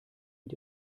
mit